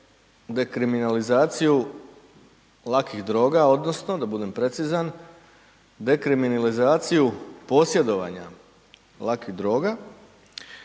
dekriminalizaciju lakih droga odnosno da budem precizan dekriminalizaciju posjedovanja lakih droga.